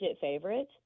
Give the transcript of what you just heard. favorite